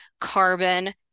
carbon